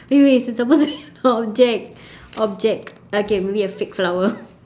wait wait it's supposed to be an object object okay maybe a fake flower